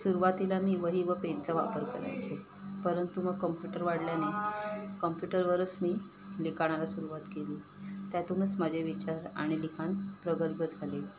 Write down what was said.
सुरवातीला मी वही व पेनचा वापर करायचे परंतु मग कम्प्युटर वाढल्याने कम्प्युटरवरच मी लिखाणाला सुरवात केली त्यातूनच माझे विचार आणि लिखाण प्रगल्भ झाले